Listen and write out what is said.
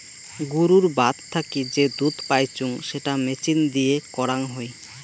গুরুর বাত থাকি যে দুধ পাইচুঙ সেটা মেচিন দিয়ে করাং হই